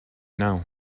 now